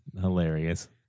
hilarious